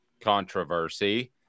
controversy